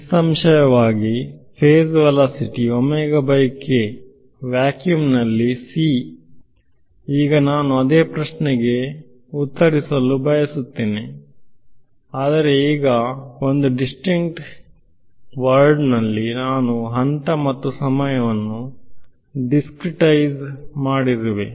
ನಿಸ್ಸಂಶಯವಾಗಿ phase velocity vacuum ನಲ್ಲಿ c ಇರುವ ಈಗ ನಾನು ಅದೇ ಪ್ರಶ್ನೆಗೆ ಉತ್ತರಿಸಲು ಬಯಸುತ್ತೇನೆ ಆದರೆ ಈಗ ಒಂದು ದಿಸ್ತ್ರಿಕ್ಟ್ ಜಗತ್ತಿನಲ್ಲಿ ನಾನು ಹಂತ ಮತ್ತು ಸಮಯವನ್ನು ಡಿಸ್ಟ್ರಿಕ್ಟ್ ಮಾಡಿರುವೆ